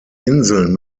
inseln